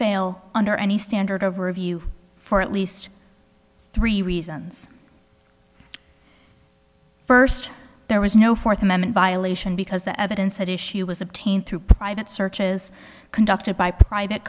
fail under any standard of review for at least three reasons first there was no fourth amendment violation because the evidence was obtained through private searches conducted by private